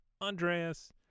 Andreas